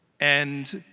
and